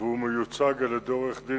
רצוני